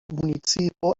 municipo